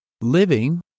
Living